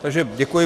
Takže děkuji.